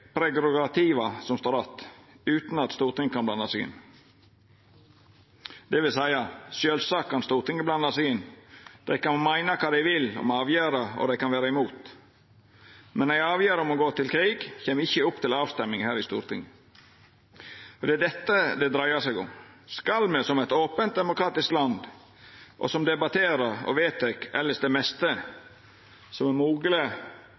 som står att utan at Stortinget kan blanda seg inn. Det vil seia: Sjølvsagt kan Stortinget blanda seg inn. Dei kan meina kva dei vil om avgjerda, og dei kan vera imot, men ei avgjerd om å gå til krig kjem ikkje opp til avrøysting her i Stortinget. Det er dette det dreiar seg om: Skal me som eit ope, demokratisk land, som elles debatterer og vedtek det meste som er mogleg